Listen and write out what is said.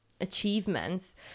achievements